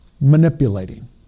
manipulating